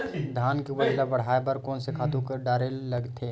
धान के उपज ल बढ़ाये बर कोन से खातु डारेल लगथे?